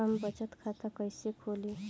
हम बचत खाता कइसे खोलीं?